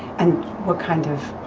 and what kind of